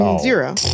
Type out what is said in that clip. Zero